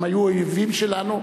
והם היו האויבים שלנו,